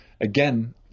again